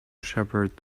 shepherd